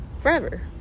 forever